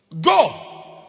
Go